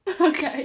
Okay